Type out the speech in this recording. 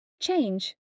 Change